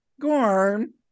Gorn